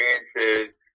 experiences